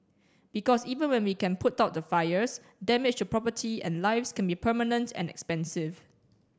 because even when we can put out the fires damage to property and lives can be permanent and expensive